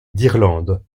d’irlande